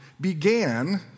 began